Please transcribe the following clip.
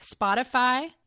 Spotify